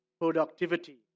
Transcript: productivity